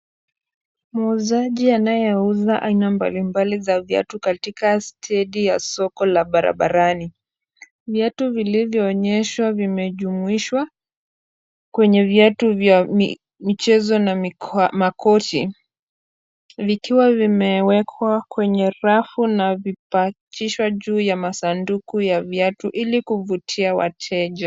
Muuzaji anayeuza aina mbalimbali za viatu katika stedi ya soko la barabarani, viatu vilivyo onyeshwa vimejumuishwa kwenye viatu vya michezo na makoti vikiwa limewekwa kwenye rafu na kupakishwa juu ya masanduku ya viatu ilikuvutia wateja.